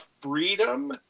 freedom